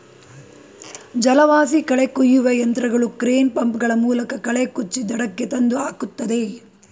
ಜಲವಾಸಿ ಕಳೆ ಕುಯ್ಯುವ ಯಂತ್ರಗಳು ಕ್ರೇನ್, ಪಂಪ್ ಗಳ ಮೂಲಕ ಕಳೆ ಕುಚ್ಚಿ ದಡಕ್ಕೆ ತಂದು ಹಾಕುತ್ತದೆ